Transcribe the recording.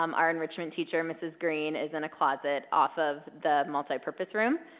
um our enrichment teacher, mrs. green, is in a closet off of the multi-purpose room,